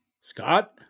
Scott